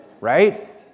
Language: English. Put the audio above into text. Right